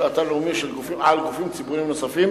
אתר לאומי על גופים ציבוריים נוספים,